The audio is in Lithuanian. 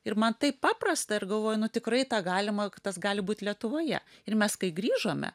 ir man taip paprasta ir galvoju nu tikrai tą galima tas gali būt lietuvoje ir mes kai grįžome